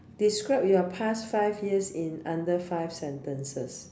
describe your past five years in under five sentences